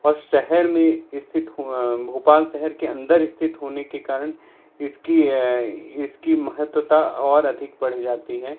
और शहर में स्थित हुआ भोपाल शहर के अंदर स्थित होने के कारण इसकी इसकी महत्वता और अधिक बढ़ जाती है